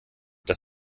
das